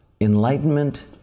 Enlightenment